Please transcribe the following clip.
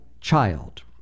child